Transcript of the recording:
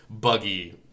Buggy